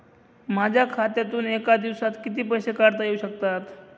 माझ्या खात्यातून एका दिवसात किती पैसे काढता येऊ शकतात?